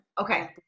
Okay